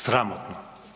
Sramotno!